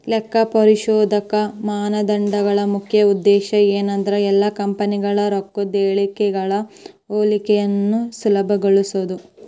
ಲೆಕ್ಕಪರಿಶೋಧಕ ಮಾನದಂಡಗಳ ಮುಖ್ಯ ಉದ್ದೇಶ ಏನಂದ್ರ ಎಲ್ಲಾ ಕಂಪನಿಗಳ ರೊಕ್ಕದ್ ಹೇಳಿಕೆಗಳ ಹೋಲಿಕೆಯನ್ನ ಸುಲಭಗೊಳಿಸೊದು